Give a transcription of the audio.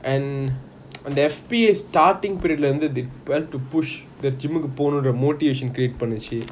and on the F_P_A starting period lah இருந்து:irunthu they went to push gum கு போனும்னு:ku ponumnu motivation create பண்ணிசை:pannichi